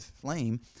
flame